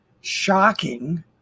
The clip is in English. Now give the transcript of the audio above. shocking